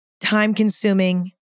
time-consuming